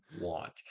want